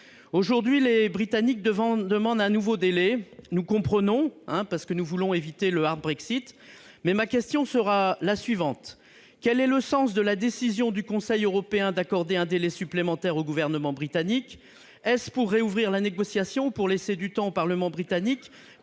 Aujourd'hui, les Britanniques demandent un nouveau délai. Nous le comprenons, parce que nous voulons éviter le Brexit. Mais quel est le sens de la décision du Conseil européen d'accorder un délai supplémentaire au gouvernement britannique ? Est-ce pour rouvrir la négociation ou pour laisser du temps au parlement britannique